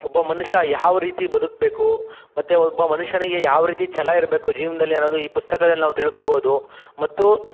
ಒಬ್ಬ ಮನುಷ್ಯ ಯಾವ ರೀತಿ ಬದುಕಬೇಕು ಮತ್ತು ಒಬ್ಬ ಮನುಷ್ಯನಿಗೆ ಯಾವ ರೀತಿ ಛಲ ಇರಬೇಕು ಜೀವನದಲ್ಲಿ ಅನ್ನೋದು ಈ ಪುಸ್ತಕದಲ್ಲಿ ನಾವು ತಿಳ್ಕೋಬೌದು ಮತ್ತು